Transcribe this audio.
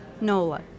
Nola